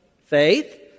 faith